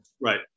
Right